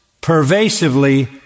pervasively